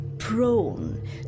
Prone